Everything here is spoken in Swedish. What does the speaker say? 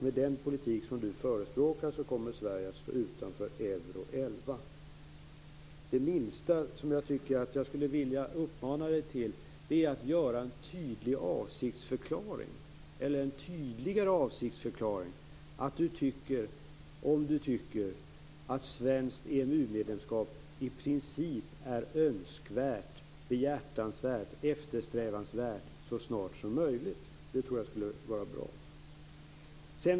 Med den politik som Mats Odell förespråkar kommer Sverige att stå utanför Euro-11. Jag skulle vilja uppmana Mats Odell att åtminstone göra en tydligare avsiktsförklaring att han tycker att svenskt EMU-medlemskap i princip är önskvärt, behjärtansvärt, eftersträvansvärt så snart som möjligt.